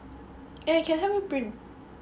eh you can help me print